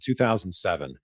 2007